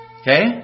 Okay